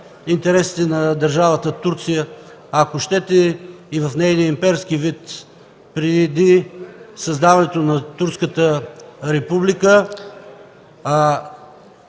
интересите на държавата Турция, ако щете и в нейния имперски вид преди създаването на турската република.